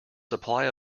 supply